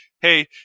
hey